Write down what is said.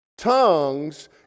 Tongues